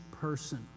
person